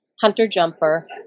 hunter-jumper